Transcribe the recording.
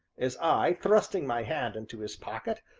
as i, thrusting my hand into his pocket,